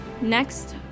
next